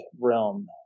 realm